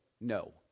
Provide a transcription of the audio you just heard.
no